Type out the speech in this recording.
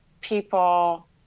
people